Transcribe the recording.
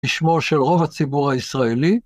בשמו של רוב הציבור הישראלי.